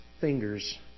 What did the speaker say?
fingers